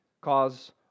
cause